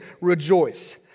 rejoice